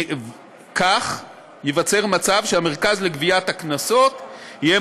כך ייווצר מצב שהמרכז לגביית קנסות יהיה